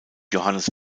johannes